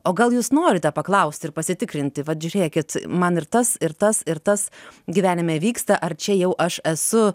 o gal jūs norite paklaust ir pasitikrinti vat žiūrėkit man ir tas ir tas ir tas gyvenime vyksta ar čia jau aš esu